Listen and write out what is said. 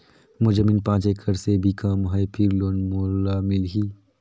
मोर जमीन पांच एकड़ से भी कम है फिर लोन मोला मिलही?